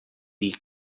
the